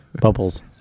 Bubbles